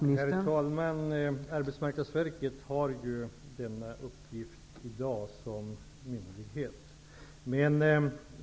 Herr talman! Arbetsmarknadsverket har som myndighet denna uppgift i dag.